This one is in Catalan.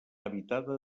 habitada